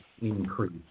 increase